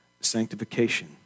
sanctification